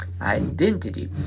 Identity